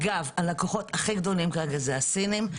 אגב הלקוחות הכי גדולים כרגע זה הסינים.